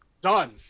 done